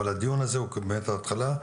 אבל הדיון הזה הוא באמת התחלה.